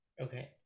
Okay